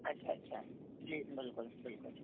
अच्छा अच्छा जी बिलकुल बिलकुल